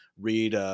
read